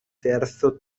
terzo